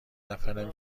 نفرم